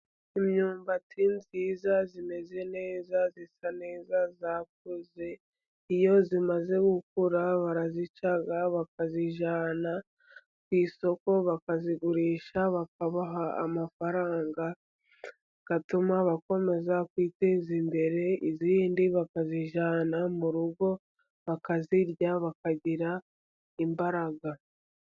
Imyumbati myiza imeze neza, isa neza, yakuze. Iyo imaze gukura barayica bakayijyana ku isoko, bakayigurisha, bakabaha amafaranga atuma bakomeza kwiteza imbere. Iyindi bakayijyana mu rugo, bakayirya bakagira imbaraga.